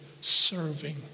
serving